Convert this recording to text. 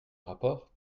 rapport